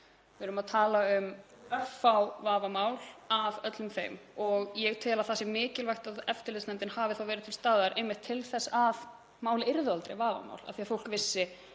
Við erum að tala um örfá vafamál af öllum þeim málum. Ég tel að það sé mikilvægt að eftirlitsnefndin hafi þá verið til staðar einmitt til þess að mál yrðu aldrei vafamál af því að fólk vissi